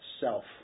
self